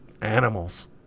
animals